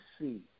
see